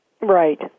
Right